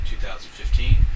2015